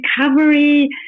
recovery